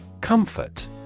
Comfort